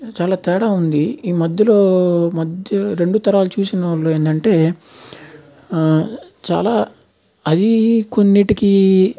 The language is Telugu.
చాలా తేడా ఉంది ఈ మధ్యలో మధ్య రెండు తరాలు చూసిన వాళ్ళు ఏందంటే చాలా అది కొన్నింటికి